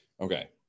okay